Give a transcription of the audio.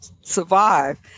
survive